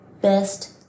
best